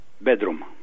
bedroom